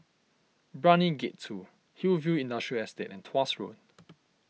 Brani Gate two Hillview Industrial Estate and Tuas Road